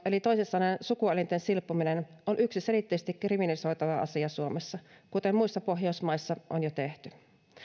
eli toisin sanoen sukuelinten silpominen on yksiselitteisesti kriminalisoitava suomessa kuten muissa pohjoismaissa on jo tehty